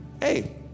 Hey